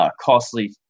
costly